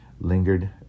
lingered